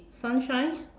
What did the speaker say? sunshine